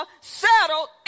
settled